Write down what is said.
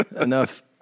enough